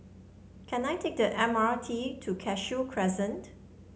can I take the M R T to Cashew Crescent